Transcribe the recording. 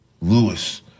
Lewis